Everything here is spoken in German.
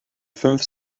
fünf